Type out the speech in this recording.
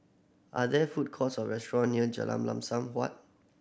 are there food courts or restaurant near Jalan Lam Sun Huat